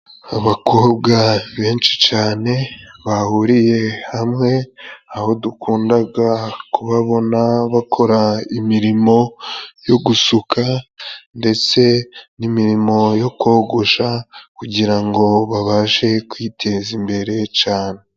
Abakobwa benshi cane bahuriye hamwe aho dukundaga kubabona bakora imirimo yo gusuka ndetse n'imirimo yo kogosha kugira ngo babashe kwiteza imbere cane.